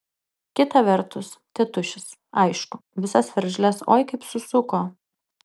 kita vertus tėtušis aišku visas veržles oi kaip susuko